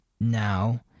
now